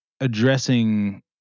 addressing